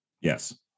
Yes